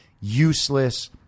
useless